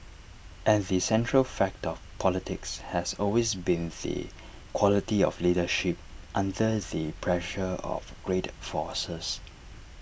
and the central fact of politics has always been the quality of leadership under the pressure of great forces